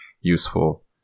useful